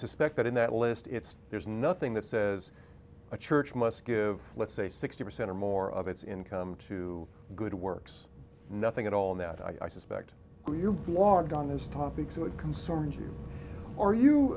suspect that in that list it's there's nothing that says a church must give let's say sixty percent or more of its income to good works nothing at all and that i suspect your blog on his talk big so it concerns you or you